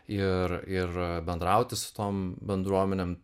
ir ir bendrauti su tom bendruomenėm